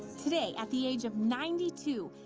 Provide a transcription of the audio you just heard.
today, at the age of ninety two,